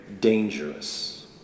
dangerous